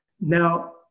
Now